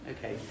Okay